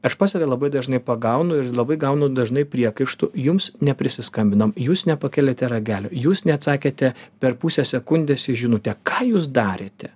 aš pats save labai dažnai pagaunu ir labai gaunu dažnai priekaištų jums neprisiskambinam jūs nepakeliate ragelio jūs neatsakėte per pusę sekundės jūs žinote ką jūs darėte